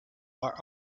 are